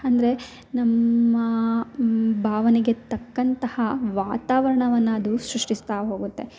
ಅಂದರೆ ನಮ್ಮ ಭಾವನೆಗೆ ತಕ್ಕಂತಹ ವಾತಾವರಣವನ್ನ ಅದು ಸೃಷ್ಟಿಸ್ತಾ ಹೋಗುತ್ತೆ